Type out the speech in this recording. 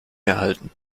erhalten